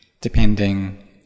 depending